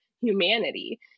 humanity